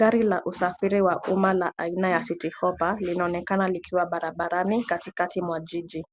Gari la usafiri wa umma na aina ya City hoppa linaonekana likiwa barabarani katikati mwa jiji.